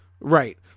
right